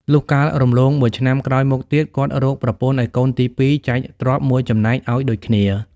លុះកាលរំលងមួយឆ្នាំក្រោយមកទៀត គាត់រកប្រពន្ធឱ្យកូនទី២ចែកទ្រព្យ ១ ចំណែក ឱ្យដូចគ្នា ។